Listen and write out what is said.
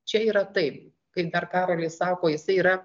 čia yra taip kai dar karolis sako jisai yra